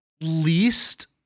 Least